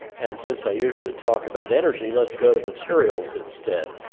and since i usually talk about energy let's go to materials instead.